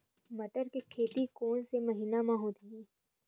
बटर के खेती कोन से महिना म होही?